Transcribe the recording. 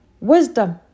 Wisdom